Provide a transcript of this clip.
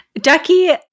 Ducky